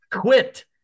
quit